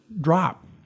drop